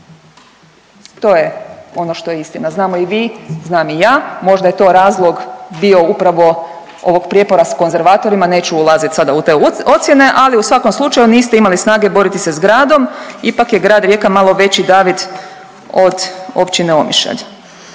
To je ono što je istina. Znamo i vi, znam i ja možda je to razlog bio upravo ovog prijepora s konzervatorima neću ulaziti sada u te ocjene, ali u svakom slučaju niste imali snage boriti se s gradom ipak je Grad Rijeka malo veći David od Općine Omišalj.